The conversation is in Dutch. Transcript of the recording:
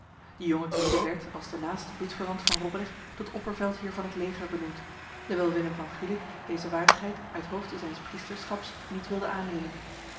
de jonge gwyde werd als de naaste bloedverwant van robrecht tot opperveldheer van het leger benoemd dewijl willem van gulik deze waardigheid uit hoofde zijns priesterschaps niet wilde aannemen